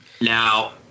Now